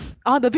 !aiya!